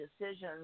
decisions